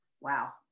wow